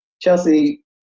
Chelsea